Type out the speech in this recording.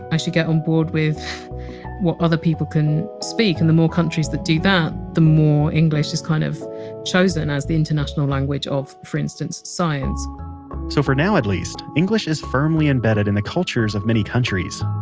i should get on board with what other people can speak. and the more countries that do that, the more english is kind of chosen as the international language of, for instance, science so for now at least, english is firmly embedded in the cultures of many countries